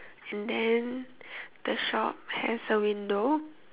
and then the shop has a window